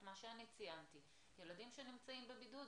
מה שאני ציינתי ילדים שנמצאים בבידוד,